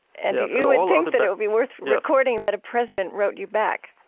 and you would think that it would be worth recording that a president wrote you back.